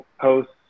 posts